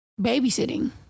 babysitting